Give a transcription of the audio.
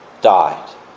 died